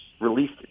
released